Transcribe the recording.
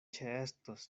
ĉeestos